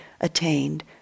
attained